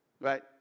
Right